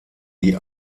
die